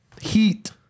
Heat